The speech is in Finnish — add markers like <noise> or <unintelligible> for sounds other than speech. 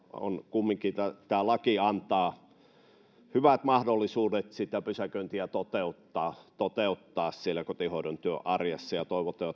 kumminkin tämä laki antaa hyvät mahdollisuudet sitä pysäköintiä toteuttaa toteuttaa siellä kotihoidon työn arjessa ja toivotaan <unintelligible>